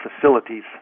facilities